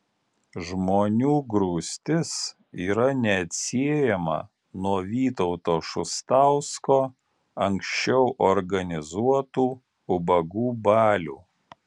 žmonių grūstis yra neatsiejama nuo vytauto šustausko anksčiau organizuotų ubagų balių